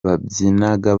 babyinaga